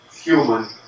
human